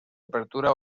apertura